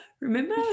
Remember